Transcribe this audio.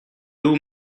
two